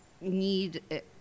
need